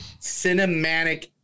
Cinematic